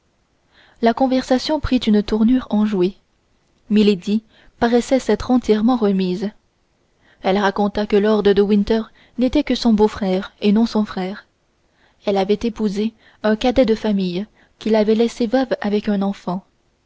la conversation prit une tournure enjouée milady paraissait s'être entièrement remise elle raconta que lord de winter n'était que son beau-frère et non son frère elle avait épousé un cadet de famille qui l'avait laissée veuve avec un enfant